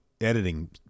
editing